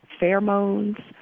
pheromones